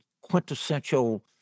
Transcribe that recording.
quintessential